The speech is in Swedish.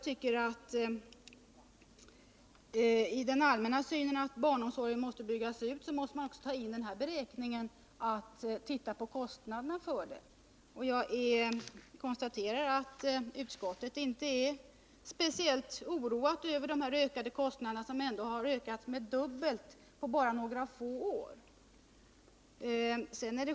I den allmänna synen att barnomsorgen måste byggas ut bör man även titta litet på kostnaderna. Jag konstaterar att utskottet inte är speciellt oroat över ökningarna av dessa kostnader, som ändå har fördubblats på bara några få år.